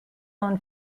own